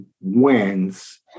wins